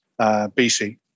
BC